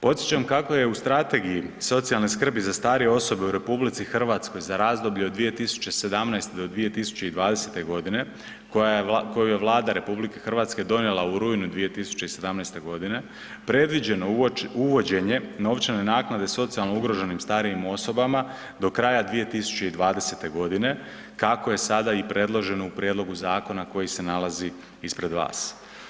Podsjećam kako je u Strategiji socijalne skrbi za starije osobe u RH za razdoblje od 2017.-2020.godine koju je Vlada RH donijela u rujnu 2017.godine, previđeno uvođenje novčane naknade socijalno ugroženim starijim osobama do kraja 2020.godine kako je sada i predloženo u prijedlogu zakona koji se nalazi ispred vas.